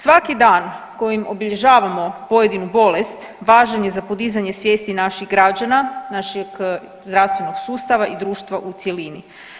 Svaki dan kojim obilježavamo pojedinu bolest važan je za podizanje svijesti naših građana, našeg zdravstvenog sustava i društva u cjelini.